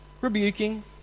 rebuking